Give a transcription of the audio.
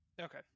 okay